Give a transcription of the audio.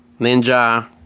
Ninja